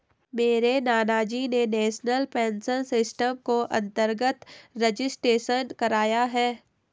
मेरे नानाजी ने नेशनल पेंशन सिस्टम के अंतर्गत रजिस्ट्रेशन कराया है